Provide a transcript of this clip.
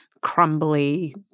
crumbly